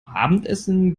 abendessen